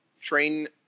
train